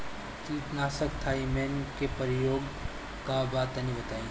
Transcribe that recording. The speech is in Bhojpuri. कीटनाशक थाइमेट के प्रयोग का बा तनि बताई?